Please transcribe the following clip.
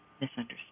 misunderstood